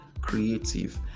creative